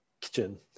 kitchen